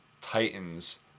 Titans